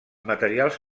materials